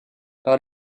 par